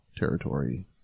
territory